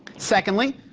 secondly,